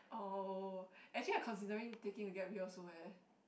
oh actually I considering taking a gap year also eh